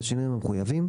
בשינויים המחויבים,